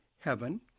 heaven